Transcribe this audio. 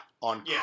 on